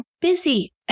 busy